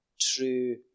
true